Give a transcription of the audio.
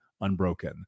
Unbroken